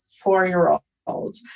four-year-old